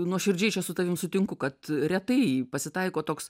nuoširdžiai čia su tavim sutinku kad retai pasitaiko toks